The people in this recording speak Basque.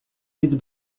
dit